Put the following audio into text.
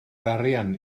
arian